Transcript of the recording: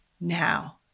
Now